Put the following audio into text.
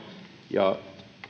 ja